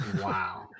Wow